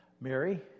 Mary